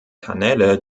kanäle